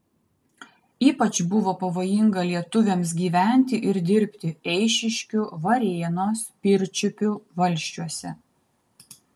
ypač buvo pavojinga lietuviams gyventi ir dirbti eišiškių varėnos pirčiupių valsčiuose